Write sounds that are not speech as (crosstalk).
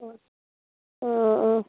(unintelligible) অঁ অঁ